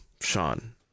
sean